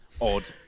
odd